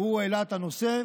הוא העלה את הנושא,